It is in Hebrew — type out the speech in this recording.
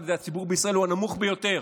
שנתפס על ידי הציבור בישראל במדד כנמוך ביותר.